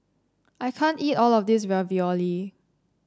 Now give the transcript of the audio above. I can't eat all of this Ravioli